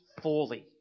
fully